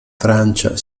francia